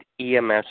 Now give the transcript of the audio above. EMS